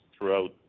throughout